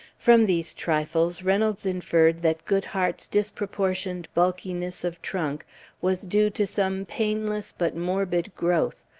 from these trifles reynolds inferred that goodhart's dispro portioned bulkiness of trunk was due to some painless but morbid growth,